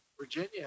Virginia